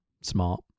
Smart